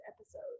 episode